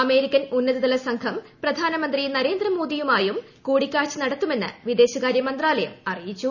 American ഉന്നതതലസംഘം പ്രധാനമന്ത്രി നരേന്ദ്രമോഡിയുമായും പ ് കൂടിക്കാഴ്ച നടത്തുമെന്ന് വിദേശമന്ത്രാലയം അറിയിച്ചു്